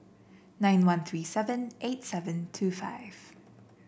nine one three seven eight seven two five